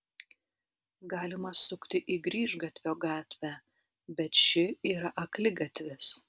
galima sukti į grįžgatvio gatvę bet ši yra akligatvis